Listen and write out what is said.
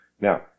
Now